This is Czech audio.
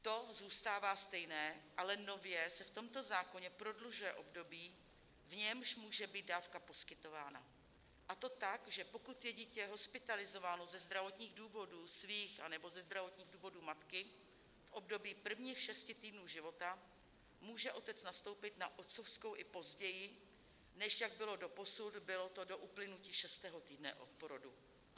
To zůstává stejné, ale nově se v tomto zákoně prodlužuje období, v němž může být dávka poskytována, a to tak, že pokud je dítě hospitalizováno ze zdravotních důvodů svých anebo ze zdravotních důvodů matky v období prvních šesti týdnů života, může otec nastoupit na otcovskou i později, než jak bylo doposud, bylo to do uplynutí šestého týdne od porodu, a to mi přijde logické.